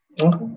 Okay